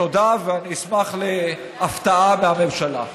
תודה, ואני אשמח להפתעה מהממשלה.